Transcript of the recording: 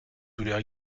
douleur